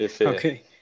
okay